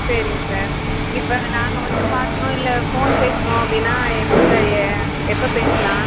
சரிங்க சார் இப்போ நாங்கள் வந்து பாக்கணும் இல்லை ஃபோன் பேசணும் அப்படின்னா எப்படி சார் ஏ எப்போ பேசலாம்